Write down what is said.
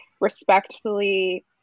respectfully